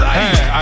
Hey